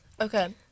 Okay